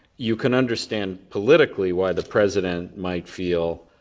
you can understand, politically, why the president might feel